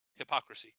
hypocrisy